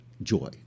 joy